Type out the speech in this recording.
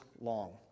long